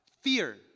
Fear